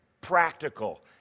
practical